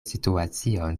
situacion